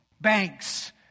banks